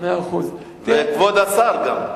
גם כבוד השר.